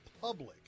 public